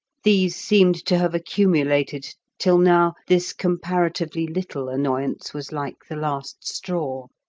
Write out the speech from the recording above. these seemed to have accumulated, till now this comparatively little annoyance was like the last straw.